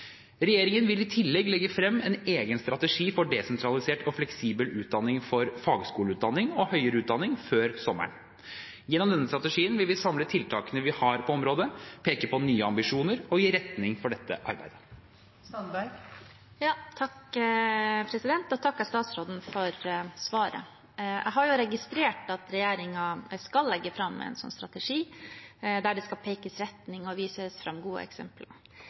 Regjeringen vil i tillegg legge frem en egen strategi for desentralisert og fleksibel utdanning for fagskoleutdanning og høyere utdanning før sommeren. Gjennom denne strategien vil vi samle tiltakene vi har på området, peke på nye ambisjoner og gi retning for dette arbeidet. Jeg takker statsråden for svaret. Jeg har registrert at regjeringen skal legge fram en strategi der det skal pekes ut en retning og vises fram gode eksempler.